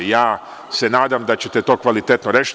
Ja se nadam da ćete to kvalitetno rešiti.